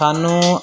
ਸਾਨੂੰ